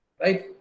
right